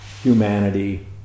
humanity